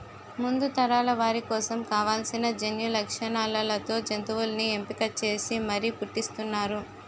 ముందు తరాల వారి కోసం కావాల్సిన జన్యులక్షణాలతో జంతువుల్ని ఎంపిక చేసి మరీ పుట్టిస్తున్నారు